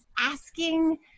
asking